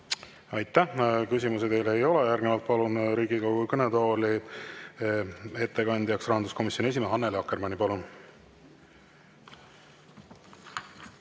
Aitäh! Küsimusi teile ei ole. Järgnevalt palun Riigikogu kõnetooli ettekandjana rahanduskomisjoni esimehe Annely Akkermanni. Palun!